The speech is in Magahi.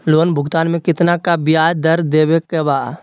लोन भुगतान में कितना का ब्याज दर देवें के बा?